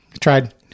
Tried